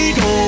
go